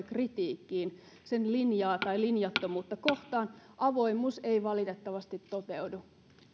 kritiikkiin sen linjaa tai linjattomuutta kohtaan avoimuus ei valitettavasti toteudu